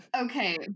Okay